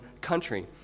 country